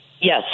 Yes